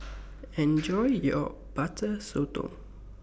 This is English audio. Enjoy your Butter Sotong